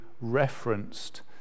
referenced